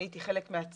אני הייתי חלק מהצוות.